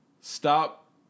stop